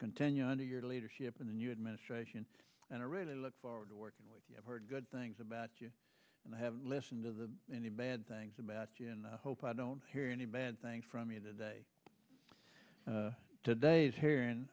continue under your leadership in the new administration and i really look forward to working with you have heard good things about you and i have listened to the many bad things about you and i hope i don't hear any bad thing from you today today's her